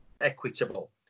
equitable